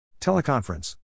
Teleconference